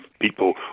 people